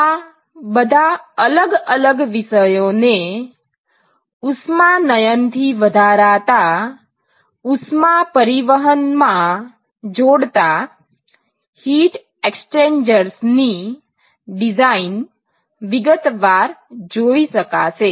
આ બધા અલગ અલગ વિષયોને ઉષ્માનયન થી વધારાતા ઉષ્મા પરિવહન મા જોડતા હીટ એક્સચેન્જર્સ ની ડિઝાઇન વિગતવાર જોઈ શકાશે